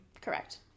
Correct